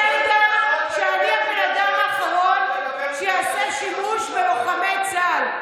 אתה יודע שאני הבן אדם האחרון שיעשה שימוש בלוחמי צה"ל.